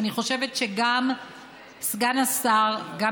ואני חושבת שגם סגן השר ליצמן,